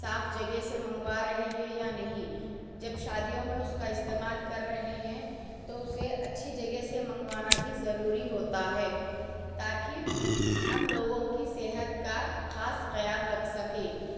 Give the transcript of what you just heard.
صاف جگہ سے منگوا رہے ہیں یا نہیں جب شادیوں میں اس کا استعمال کر رہے ہیں تو اسے اچھی جگہ سے منگوانا بھی ضروری ہوتا ہے تاکہ ہم لوگوں کی صحت کا خاص خیال رکھ سکے